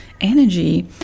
energy